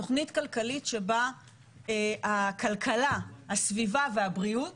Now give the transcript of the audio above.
תוכנית כלכלית שבה הכלכלה, הסביבה והבריאות